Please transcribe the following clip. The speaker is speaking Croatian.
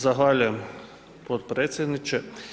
Zahvaljujem potpredsjedniče.